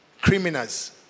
criminals